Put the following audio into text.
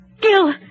Gil